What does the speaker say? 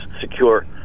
secure